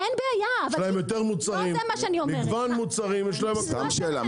יש להם מגוון מוצרים יותר גדול --- שאלה,